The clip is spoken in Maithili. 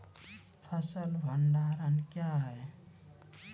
फसल भंडारण क्या हैं?